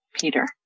Peter